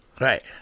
right